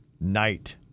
night